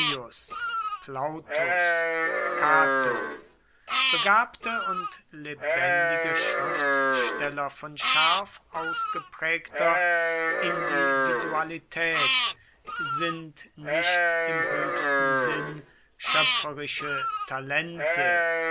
plautus cato begabte und lebendige schriftsteller von scharf ausgeprägter individualität sind nicht im höchsten sinn schöpferische talente